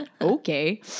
Okay